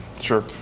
Sure